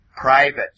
private